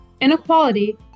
inequality